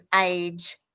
age